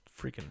freaking